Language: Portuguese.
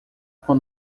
com